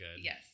yes